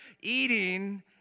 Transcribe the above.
Eating